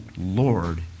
Lord